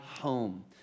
home